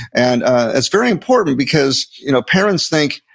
and ah that's very important, because you know parents think,